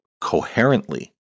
coherently